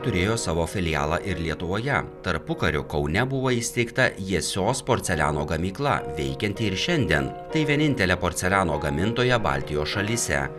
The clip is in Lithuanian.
turėjo savo filialą ir lietuvoje tarpukariu kaune buvo įsteigta jiesios porceliano gamykla veikianti ir šiandien tai vienintelė porceliano gamintoja baltijos šalyse